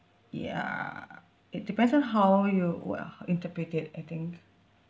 ya it depends on how you wh~ interpret it I think